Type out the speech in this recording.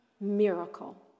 miracle